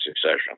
succession